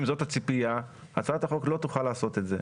אם זאת הציפייה, הצעת החוק לא תוכל לעשות את זה.